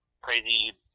crazy